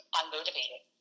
unmotivated